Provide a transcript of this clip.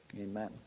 Amen